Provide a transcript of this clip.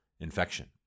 infection